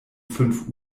fünf